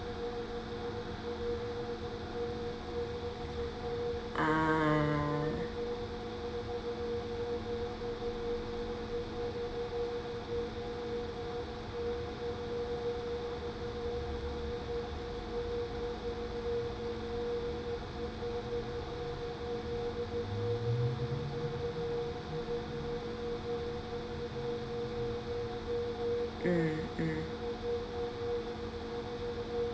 ah